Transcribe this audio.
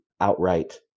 outright